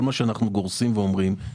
כל מה שאנחנו גורסים ואומרים,